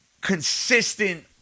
consistent